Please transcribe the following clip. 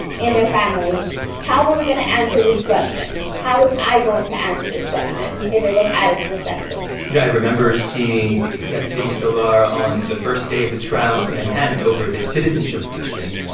in their family how were we going to answer this question? how was i going to answer this question if it was added to the census? you know, i remember seeing yatziri tovar on the first day of the trial in manhattan over this citizenship question.